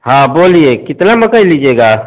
हाँ बोलिए कितना मकई लीजिएगा आप